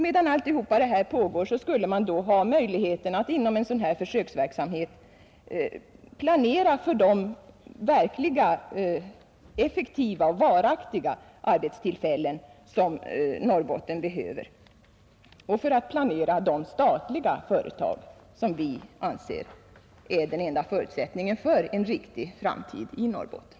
Medan allt detta pågår skulle man ha möjlighet att inom en sådan försöksverksamhet planera för de verkligt effektiva och varaktiga arbetstillfällen som Norrbotten behöver och för de statliga företag som vi anser som den enda förutsättningen för en riktig framtid i Norrbotten.